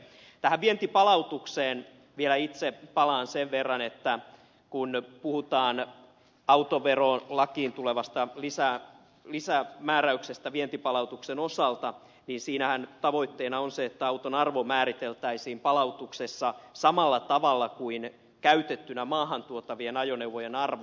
tähän vientipalautukseen vielä itse palaan sen verran että kun puhutaan autoverolakiin tulevasta lisämääräyksestä vientipalautuksen osalta niin siinähän tavoitteena on se että auton arvo määriteltäisiin palautuksessa samalla tavalla kuin käytettynä maahan tuotavien ajoneuvojen arvo